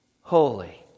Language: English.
holy